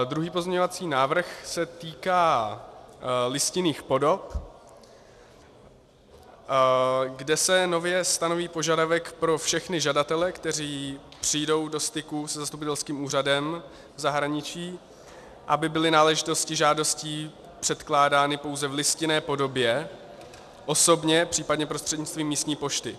Druhý pozměňovací návrh se týká listinných podob, kde se nově stanoví požadavek pro všechny žadatele, kteří přijdou do styku se zastupitelským úřadem v zahraničí, aby byly náležitosti žádostí předkládány pouze v listinné podobě osobně, případně prostřednictvím místní pošty.